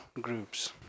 groups